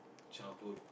childhood